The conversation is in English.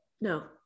No